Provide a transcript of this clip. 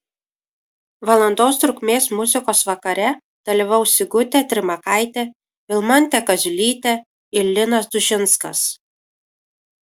valandos trukmės muzikos vakare dalyvaus sigutė trimakaitė vilmantė kaziulytė ir linas dužinskas